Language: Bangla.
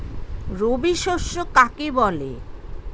রবি শস্য কাকে বলে?